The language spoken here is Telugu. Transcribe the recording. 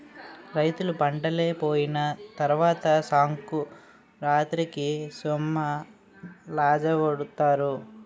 రైతులు పంటలైపోయిన తరవాత సంకురాతిరికి సొమ్మలజావొండుతారు